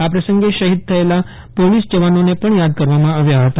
આ પ્રસંગે શહીદ થયેલા પોલીસ જવાનોને પણ થાદ કરવામાં આવ્યા હતા